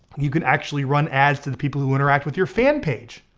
you can actually run ads to the people who interact with your fan page.